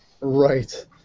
Right